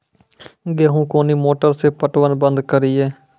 गेहूँ कोनी मोटर से पटवन बंद करिए?